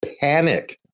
panic